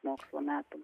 mokslo metų